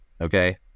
okay